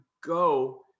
go